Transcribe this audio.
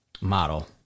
model